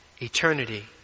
eternity